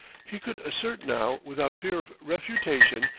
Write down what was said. he could assert now, without fear of refutation,